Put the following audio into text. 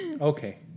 Okay